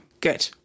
Good